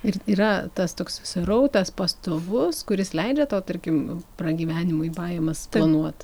ir yra tas toks srautas pastovus kuris leidžia tau tarkim pragyvenimui pajamas planuot